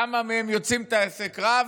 כמה מהם יוצאים טייסי קרב,